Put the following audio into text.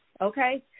Okay